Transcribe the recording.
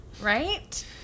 right